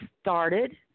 started